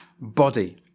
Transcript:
body